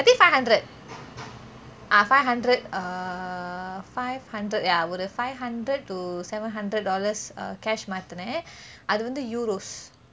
I think five hundred ah five hundred err five hundred ya ஒரு:oru five hundred to seven hundred dollars uh cash மாத்துனே அது வந்து:maathune athu vanthu euros